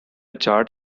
chart